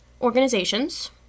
organizations